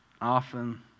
often